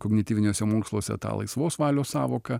kognityviniuose moksluose ta laisvos valios sąvoka